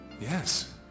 Yes